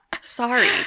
sorry